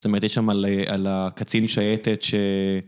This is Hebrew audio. זאת אומרת יש שם על הקצין שייטת ש...